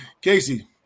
Casey